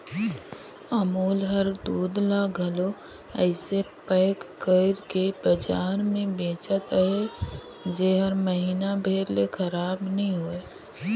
अमूल हर दूद ल घलो अइसे पएक कइर के बजार में बेंचत अहे जेहर महिना भेर ले खराब नी होए